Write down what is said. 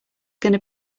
gonna